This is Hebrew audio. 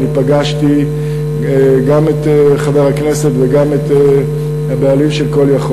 אני פגשתי גם את חבר הכנסת וגם את הבעלים של "call יכול"